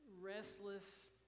restless